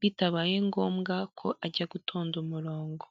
bitabaye ngombwa ko ajya gutonda umurongo.